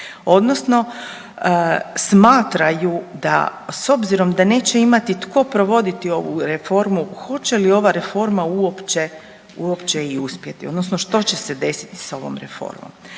odnosno smatraju da s obzirom da neće imati tko provoditi ovu reformu hoće li ova reforma uopće uopće i uspjeti odnosno što će se desiti sa ovom reformom.